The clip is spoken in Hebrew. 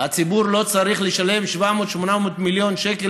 הציבור לא צריך לשלם 700 800 מיליון שקל